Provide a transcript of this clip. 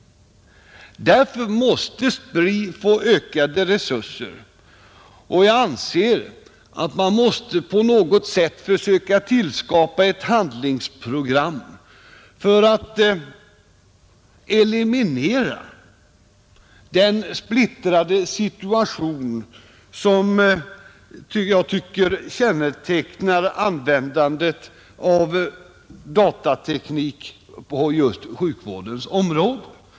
Därför måste SPRI få ökade resurser, och jag anser att man skall på något sätt försöka tillskapa ett handlingsprogram för att eliminera den splittrade situation som jag tycker kännetecknar användandet av datateknik på just sjukvårdens område.